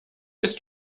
ist